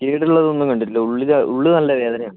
കേടുള്ളതൊന്നും കണ്ടിട്ടില്ല ഉള്ളിൽ ഉള്ള് നല്ല വേദനയാണ്